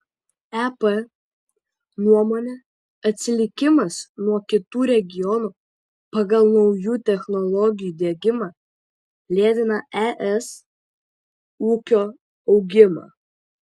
ep nuomone atsilikimas nuo kitų regionų pagal naujų technologijų diegimą lėtina es ūkio augimą